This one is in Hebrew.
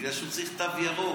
בגלל שהוא צריך תו ירוק.